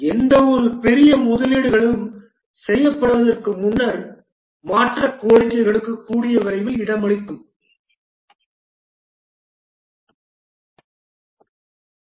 எந்தவொரு பெரிய முதலீடுகளும் செய்யப்படுவதற்கு முன்னர் மாற்றக் கோரிக்கைகளுக்கு கூடிய விரைவில் இடமளிக்கவும்